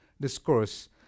Discourse